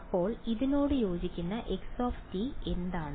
ഇപ്പോൾ ഇതിനോട് യോജിക്കുന്ന x എന്താണ്